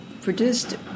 produced